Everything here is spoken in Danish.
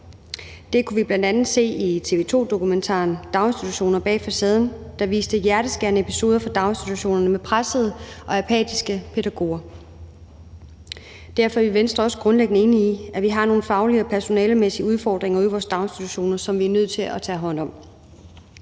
Det kunne vi bl.a. se i TV 2-dokumentaren »Daginstitutioner bag facaden«, der viste hjerteskærende episoder fra daginstitutionerne med pressede og apatiske pædagoger. Derfor er vi i Venstre også grundlæggende enige i, at vi har nogle faglige og personalemæssige udfordringer ude i vores daginstitutioner, som vi er nødt til at tage hånd om.